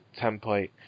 template